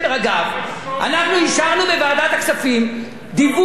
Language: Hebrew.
אנחנו אישרנו בוועדת הכספים דיווח דו-חודשי,